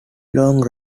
long